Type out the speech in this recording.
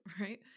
right